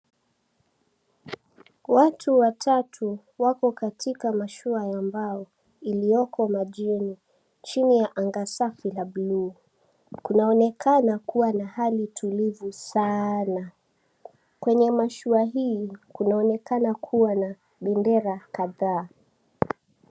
Watu watatu wako katika mashua ya mbao iliyoko majini chini ya anga safi la buluu. Kunaonekana kuwa na hali tulivu sana. Kwenye mashua hii kunaonekana kuwa na bendera kadhaa.